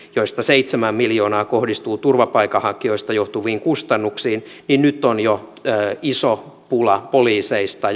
joista seitsemän miljoonaa kohdistuu turvapaikanhakijoista johtuviin kustannuksiin niin nyt on jo iso pula poliiseista